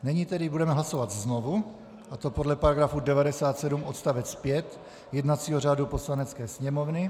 Nyní tedy budeme hlasovat znovu, a to podle § 97 odst. 5 jednacího řádu Poslanecké sněmovny.